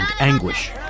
anguish